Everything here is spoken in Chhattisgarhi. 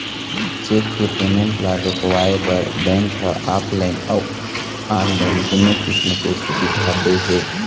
चेक के पेमेंट ल रोकवाए बर बेंक ह ऑफलाइन अउ ऑनलाईन दुनो किसम के सुबिधा दे हे